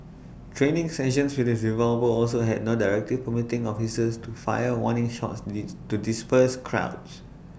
training sessions with his revolver also had no directive permitting officers to fire warning shots the to disperse crowds